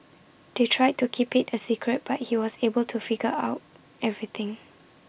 they tried to keep IT A secret but he was able to figure out everything